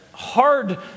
hard